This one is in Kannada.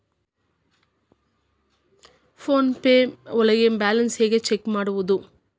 ಫೋನ್ ಪೇ ಒಳಗ ಬ್ಯಾಲೆನ್ಸ್ ಹೆಂಗ್ ಚೆಕ್ ಮಾಡುವುದು?